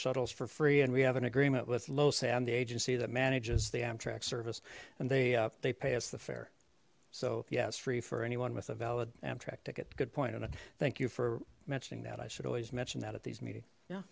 shuttles for free and we have an agreement with low say i'm the agency that manages the amtrak service and they they pay us the fare so yes free for anyone with a valid amtrak ticket good point thank you for mentioning that i should always mention that at these meeting yeah